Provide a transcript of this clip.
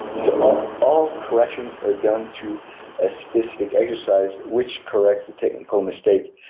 so all all corrections are done to a specific exercise which corrects a technical mistake.